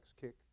kick